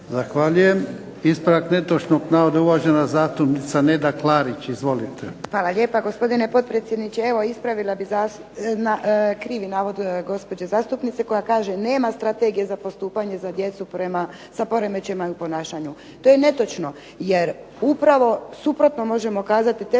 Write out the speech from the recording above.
Zahvaljujem. Ispravak netočnog navoda uvažena zastupnica Neda Klarić. Izvolite. **Klarić, Nedjeljka (HDZ)** Hvala lijepa. Gospodine potpredsjedniče, ispravila bih krivi navod gospođe zastupnice koja kaže nema strategije za postupanje za djecu prema sa poremećajima u ponašanju. To je netočno, jer upravo suprotno možemo kazati